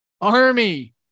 Army